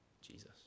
Jesus